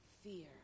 fear